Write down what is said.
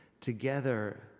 together